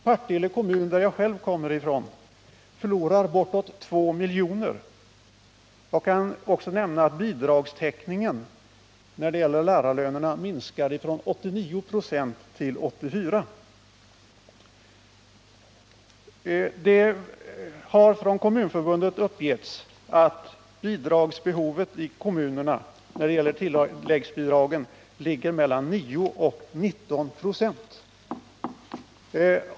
Partille kommun, som jag själv kommer ifrån, förlorar bortåt 2 miljoner. Jag kan också nämna att bidragstäckningen när det gäller lärarlönerna minskar från 89 till 84 26. Från Kommunförbundets sida har uppgetts att kommunernas behov av tilläggsbidrag är mellan 9 och 19 96.